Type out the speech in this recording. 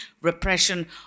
repression